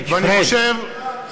ואני חושב, פריג', פריג'.